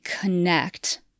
connect